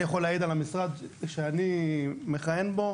אני יכול להעיד על במשרד שאני מכהן בו,